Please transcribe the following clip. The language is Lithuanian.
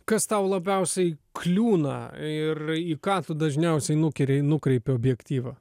kas tau labiausiai kliūna ir į ką tu dažniausiai nukerei nukreipi objektyvą